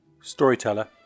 Storyteller